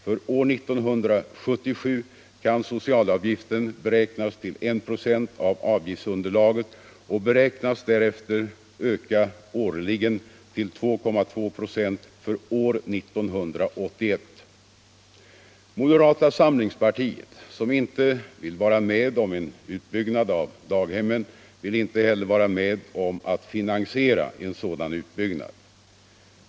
För år 1977 kan socialavgiften beräknas till I a av avgiftsunderlaget och beräknas därefter öka årligen till 2,2 ”ä för år 1981. Moderata samlingspartiet, som inte vill vara med om en utbyggnad av daghemmen, vill inte heller vara med om att finansiera en sådan utbyggnad.